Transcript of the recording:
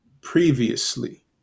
previously